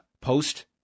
post